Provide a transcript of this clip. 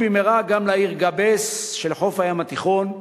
במהרה גם לעיר גאבס שלחוף היום התיכון,